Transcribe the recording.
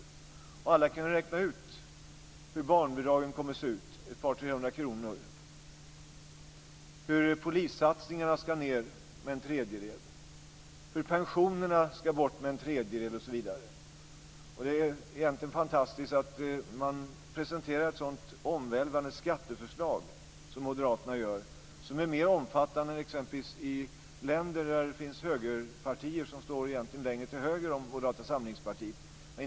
Alla kan räkna ut hur stora barnbidragen då kommer att bli - ett par hundra eller trehundra kronor - hur det blir när polissatsningarna och pensionerna ska ned med en tredjedel osv. Det är egentligen fantastiskt att moderaterna presenterar ett så omvälvande skatteförslag, som går längre än exempelvis i länder där det finns högerpartier som egentligen står längre till höger än vad Moderata samlingspartiet gör.